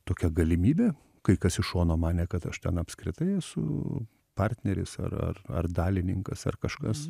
tokią galimybę kai kas iš šono manė kad aš ten apskritai esu partneris ar ar ar dalininkas ar kažkas